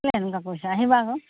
কেলৈ এনেকুৱা কৰিছা আহিব আকৌ